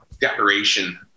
decoration